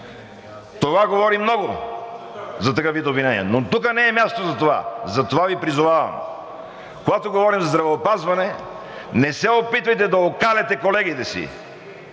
Това говори много за такъв вид обвинения. Но тук не е мястото за това. Затова Ви призовавам, когато говорим за здравеопазване, не се опитвайте да окаляте колегите си,